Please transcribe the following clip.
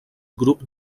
grup